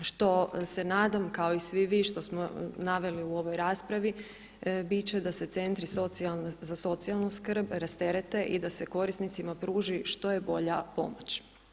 Ono što se nadam kao i svi vi što smo naveli u ovoj raspravi bit će da se centri za socijalnu skrb rasterete i da se korisnicima pruži što je bolja pomoć.